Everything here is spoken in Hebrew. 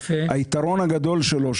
היתרון הגדול שלו,